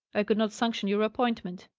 i could not sanction your appointment.